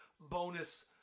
bonus